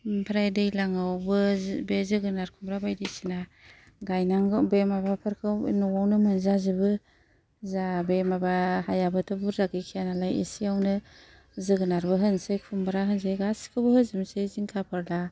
ओमफ्राइ दैलाङावब बे जोगोनाथ खुमब्रा बायदिसिना गायनांगौ बे माबाफोरखौ न'आवनो मोनजाजोबो जा बे माबा हायाबोथ' बुरजा गैखाया नालाय एसेआवनो जोगोनाथबो होनसै खुम्ब्राबो होसै गासिबखौबो होजोबसै जिनखा फोरला